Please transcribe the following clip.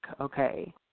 okay